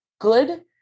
good